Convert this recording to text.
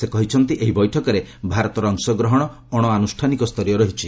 ସେ କହିଛନ୍ତି ଏହି ବୈଠକରେ ଭାରତର ଅଂଶଗ୍ରହଣ ଅଣଆନୁଷ୍ଠାନିକ ସ୍ତରୀୟ ରହିଛି